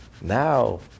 now